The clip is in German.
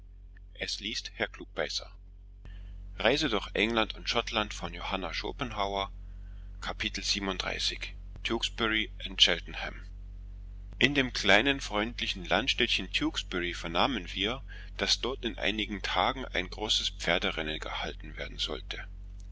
in dem kleinen freundlichen landstädtchen tewkesbury vernahmen wir daß dort in einigen tagen ein großes pferderennen gehalten werden sollte